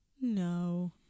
No